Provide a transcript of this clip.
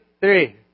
three